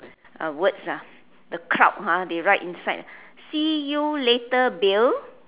a words ah the cloud ha they write inside see you later Bill